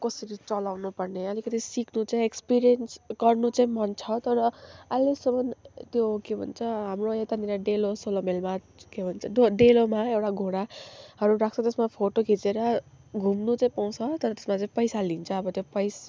कसरी चलाउनु पर्ने अलिकति सिक्नु चाहिँ एक्सपिरियन्स गर्नु चाहिँ मन छ तर अहिलेसम्म त्यो के भन्छ हाम्रो यतानिर डेलो सोह्र माइलमा के भन्छ डेलोमा एउटा घोडाहरू राख्छ त्यसमा फोटो खिचेर घुम्नु चाहिँ पाउँछ तर त्यसमा चाहिँ पैसा लिन्छ अब त्यो पैसा